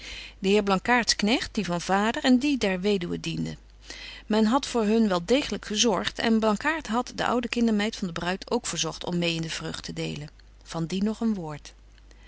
de heer blankaart's knegt die van vader en die der weduwe dienden men hadt voor hun wel degelyk gezorgt en blankaart hadt de oude kindermeid van de bruid ook verzogt om mêe in de vreugd te delen van die nog een woord